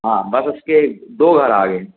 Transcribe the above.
हाँ बस उसके दो घर आगे